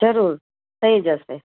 જરૂર થઈ જશે